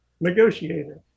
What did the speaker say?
negotiator